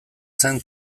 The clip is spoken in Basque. zen